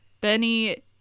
Benny